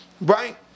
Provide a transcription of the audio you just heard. right